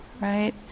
right